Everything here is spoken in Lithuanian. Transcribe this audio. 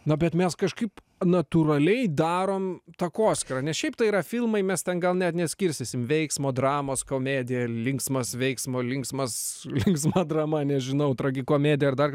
na bet mes kažkaip natūraliai darom takoskyrą nes šiaip tai yra filmai mes ten gal net neskirstysim veiksmo dramos komedija linksmas veiksmo linksmas linksma drama nežinau tragikomedija ar dar